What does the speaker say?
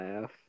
laugh